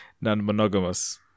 non-monogamous